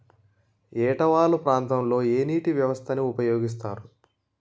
ఏట వాలు ప్రాంతం లొ ఏ నీటిపారుదల వ్యవస్థ ని ఉపయోగిస్తారు?